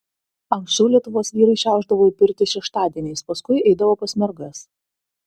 anksčiau lietuvos vyrai šiaušdavo į pirtį šeštadieniais paskui eidavo pas mergas